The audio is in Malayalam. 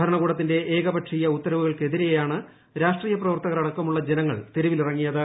ഭരണകൂടത്തിന്റെ ഏകപക്ഷീയമായ ഉത്തരവുകൾക്കെതിരെയാണ് രാഷ്ട്രീയ പ്രവർത്തകർ അടക്കമുള്ള ജനങ്ങൾ തെരുവിലിറങ്ങിയത്